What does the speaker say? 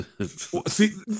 See